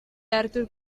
arthur